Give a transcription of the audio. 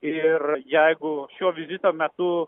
ir jeigu šio vizito metu